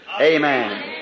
amen